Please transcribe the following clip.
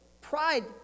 pride